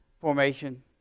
formation